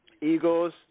Eagles